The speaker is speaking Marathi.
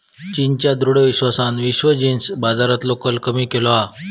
चीनच्या दृढ विश्वासान विश्व जींस बाजारातलो कल कमी केलो हा